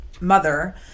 mother